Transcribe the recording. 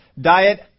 Diet